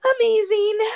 Amazing